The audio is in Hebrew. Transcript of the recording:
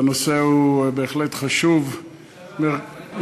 הנושא הוא בהחלט חשוב ומרכזי,